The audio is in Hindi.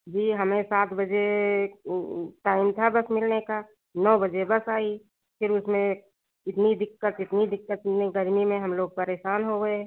जी हमें सात बजे टाइम था बस मिलने का नौ बजे बस आई फिर उसमें इतनी दिक़्क़त इतनी दिक़्क़त इतनी गर्मी में हम लोग परेशान हो गए